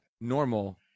normal